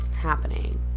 happening